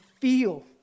feel